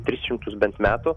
tris šimtus bent metų